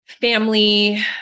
family